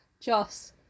Joss